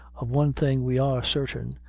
of one thing we are certain,